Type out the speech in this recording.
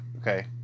okay